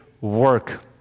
work